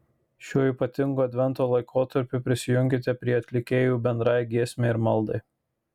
šiuo ypatingu advento laikotarpiu prisijunkite prie atlikėjų bendrai giesmei ir maldai